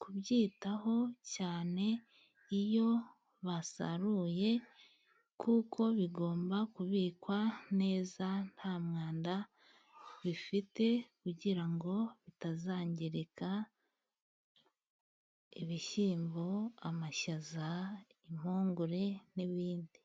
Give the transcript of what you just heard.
kubyitaho, cyane iyo basaruye kuko bigomba kubikwa neza nta mwanda bifite, kugira ngo bitazangirika. Ibishyimbo, amashaza, impungure n'ibindi.